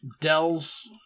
Dell's